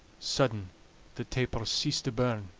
sudden the tapers cease to burn,